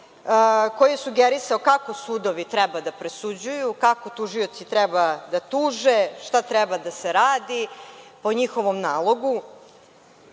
koji je sugerisao kako sudovi treba da presuđuju, kako tužioci treba da tuže, šta treba da se radi po njihovom nalogu.